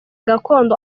gakondo